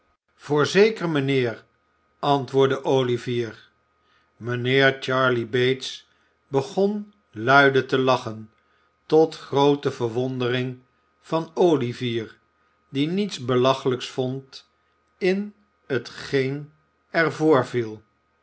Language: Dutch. voorzeker mijnheer antwoordde olivier mijnheer charley bates begon luide te lachen tot groote verwondering van olivier die niets belachelijks vond in t geen er